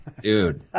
Dude